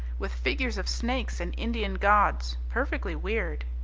with figures of snakes and indian gods, perfectly weird.